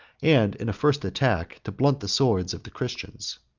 and in a first attack to blunt the swords, of the christians.